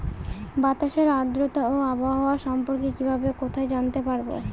বাতাসের আর্দ্রতা ও আবহাওয়া সম্পর্কে কিভাবে কোথায় জানতে পারবো?